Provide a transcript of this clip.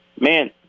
Man